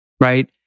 right